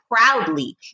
proudly